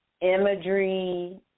imagery